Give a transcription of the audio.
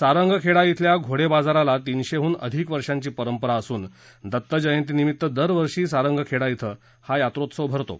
सारंगखेडा शिल्या घोडे बाजाराला तीनशेहून अधिक वर्षांची पंरपरा असून दत्त जयंती निमित्त दरवर्षी सारंगखेडा हा यात्रोत्सव भरतो